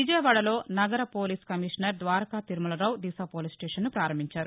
విజయవాడలో నగరపోలీస్ commissioner Dwaraka Tirumala Rao Disha police stations ప్రారంభించారు